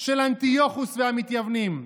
של אנטיוכוס והמתייוונים.